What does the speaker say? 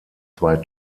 zwei